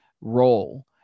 role